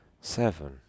seven